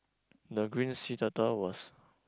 the green sea turtle was